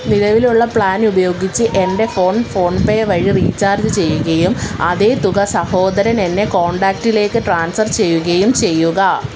നിലവിലുള്ള പ്ലാൻ ഉപയോഗിച്ച് എൻ്റെ ഫോൺ ഫോൺ പേ വഴി റീചാർജ് ചെയ്യുകയും അതേ തുക സഹോദരൻ എന്നെ കോൺടാക്റ്റിലേക്ക് ട്രാൻസ്ഫർ ചെയ്യുകയും ചെയ്യുക